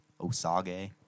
Osage